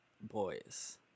boys